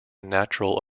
natural